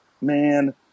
man